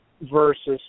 versus